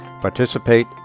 Participate